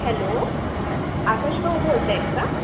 hello Akash भाऊ बोलत आहेत का